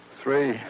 three